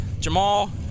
Jamal